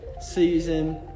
season